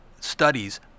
studies